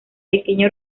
pequeña